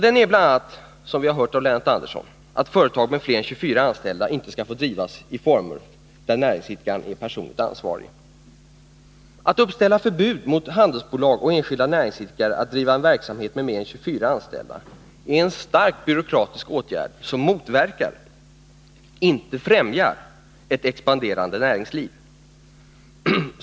Den är bl.a., som vi hörde av Lennart Anderssons anförande, att företag med fler än 24 anställda inte skall få drivas i former där näringsidkaren är personligen ansvarig. Att uppställa förbud mot handelsbolag och enskilda näringsidkare att driva en verksamhet med mer än 24 anställda är en starkt byråkratisk åtgärd som motverkar, inte främjar, ett expanderande näringsliv.